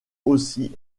aussi